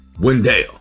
Wendell